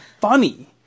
funny